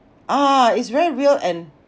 ah it's very real and